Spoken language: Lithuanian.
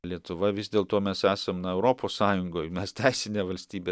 lietuva vis dėlto mes esam na europos sąjungoj mes teisinė valstybė